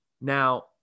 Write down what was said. Now